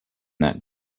that